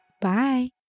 Bye